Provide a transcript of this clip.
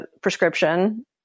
prescription